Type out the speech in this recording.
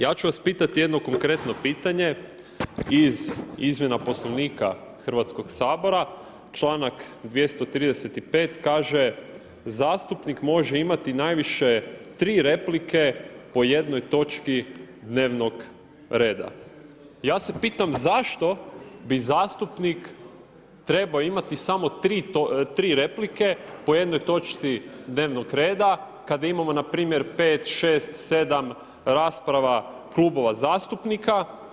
Ja ću vas pitati jedno konkretno pitanje iz izmjena Poslovnika Hrvatskog sabora članak 235. kaže: „Zastupnik može imati najviše tri replike po jednoj točki dnevnog reda.“ Ja se pitam zašto bi zastupnik trebao imati samo tri replike po jednoj točci dnevnog reda, kada imamo na primjer pet, šest, sedam rasprava klubova zastupnika.